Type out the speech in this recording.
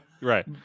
Right